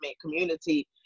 community